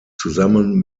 zusammen